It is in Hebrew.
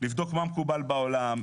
לבדוק מה מקובל בעולם,